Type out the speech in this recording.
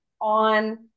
on